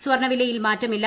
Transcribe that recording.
സ്വർണ്ണവിലയിൽ മാറ്റമില്ല